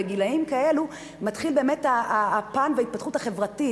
בגילים כאלו מתחיל באמת הפן של ההתפתחות החברתית